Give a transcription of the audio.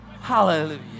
Hallelujah